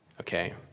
okay